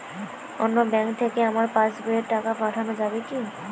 অন্য ব্যাঙ্ক থেকে আমার পাশবইয়ে টাকা পাঠানো যাবে কি?